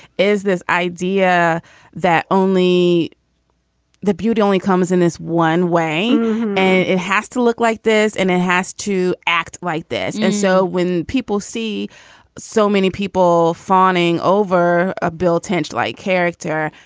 is this idea that only the beauty only comes in this one way and it has to look like this. and it has to act like this. and yeah so when people see so many people fawning over ah bill tench like character,